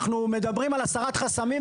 אנחנו מדברים על הסרת חסמים,